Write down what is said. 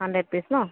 hundred piece no